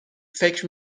فکر